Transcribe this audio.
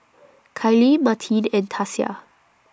Kylie Martine and Tasia